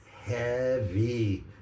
heavy